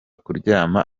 kuryama